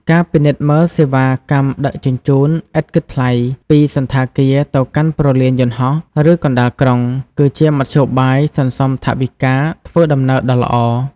ការពិនិត្យមើលសេវាកម្មដឹកជញ្ជូនឥតគិតថ្លៃពីសណ្ឋាគារទៅកាន់ព្រលានយន្តហោះ ឬកណ្តាលក្រុង គឺជាមធ្យោបាយសន្សំថវិកាធ្វើដំណើរដ៏ល្អ។